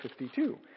52